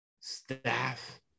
staff